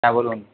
হ্যাঁ বলুন